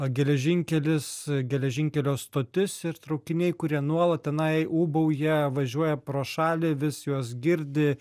geležinkelis geležinkelio stotis ir traukiniai kurie nuolat tenai ūbauja važiuoja pro šalį vis juos girdi